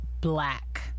black